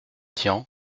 tian